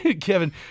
Kevin